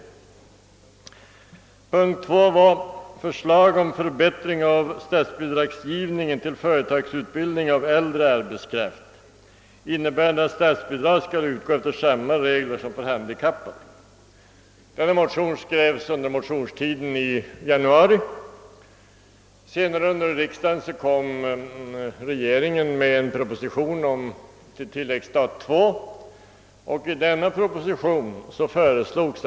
För det andra föreslog vi att riksdagen skulle begära förslag om förbättring av statsbidragsgivningen till företagsutbildning av äldre arbetskraft, innebärande att statsbidrag skall utgå efter samma regler som för handikappade. Denna motion skrevs under motionstiden i januari. Senare under riksdagen framlade regeringen en proposition om tilläggsstat II där denna åtgärd föreslogs.